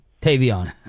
Tavion